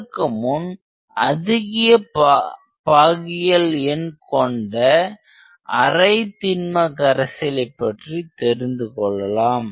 அதற்குமுன் அதிக பாகியல் எண் கொண்ட அரை தின்ம கரைசலை பற்றி தெரிந்துகொள்ளலாம்